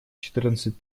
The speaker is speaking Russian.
четырнадцать